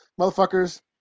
motherfuckers